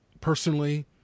personally